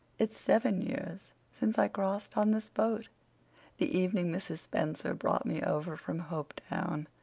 it's seven years since i crossed on this boat the evening mrs. spencer brought me over from hopetown.